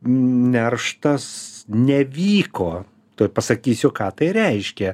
nerštas nevyko tuoj pasakysiu ką tai reiškia